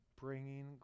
bringing